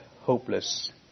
hopeless